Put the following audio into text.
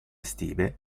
estive